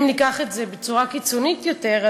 אם ניקח את זה בצורה קיצונית יותר,